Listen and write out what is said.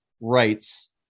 rights